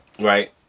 right